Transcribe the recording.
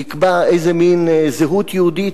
יקבע איזה מין זהות יהודית,